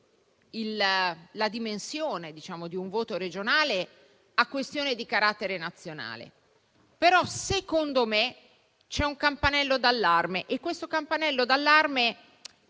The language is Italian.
la dimensione di un voto regionale a questione di carattere nazionale, però secondo me c'è un campanello d'allarme e dobbiamo interrogarci